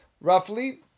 roughly